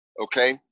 okay